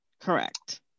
Correct